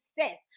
success